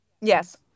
Yes